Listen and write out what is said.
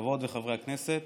חברות וחברי הכנסת,